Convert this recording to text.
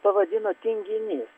pavadino tinginys